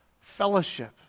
fellowship